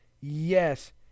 yes